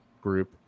group